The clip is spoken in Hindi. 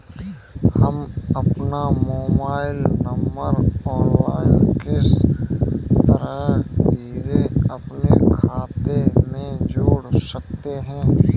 हम अपना मोबाइल नंबर ऑनलाइन किस तरह सीधे अपने खाते में जोड़ सकते हैं?